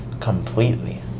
completely